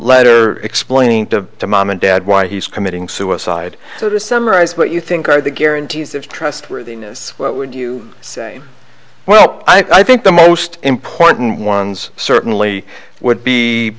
letter explaining to mom and dad why he's committing suicide so to summarise what you think are the guarantees of trustworthiness what would you say well i think the most important ones certainly would be